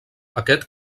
aquest